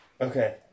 Okay